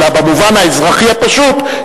אלא במובן האזרחי הפשוט,